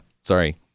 sorry